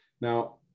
Now